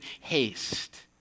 haste